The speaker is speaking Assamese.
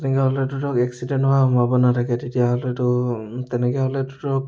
তেনেকুৱা হ'লেতো ধৰক এক্সিডেণ্ট হোৱাৰ সম্ভাৱনা থাকে তেতিয়াহ'লেতো তেনেকৈ হ'লেতো ধৰক